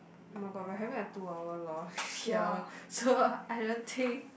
oh-my-god we are having a two hour lost here so I don't think